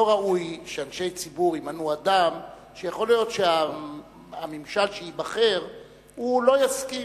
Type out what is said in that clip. לא ראוי שאנשי ציבור ימנו אדם שיכול להיות שהממשל שייבחר לא יסכים.